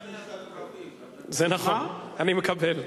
זה נכון, אני מקבל.